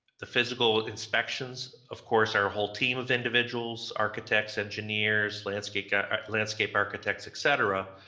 the physical inspections, of course, our whole team of individuals, architects, engineers, landscape ah landscape architects, et cetera,